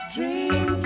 Dream